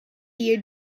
you